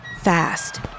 Fast